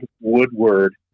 Woodward